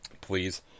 please